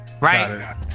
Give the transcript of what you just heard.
right